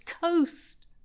coast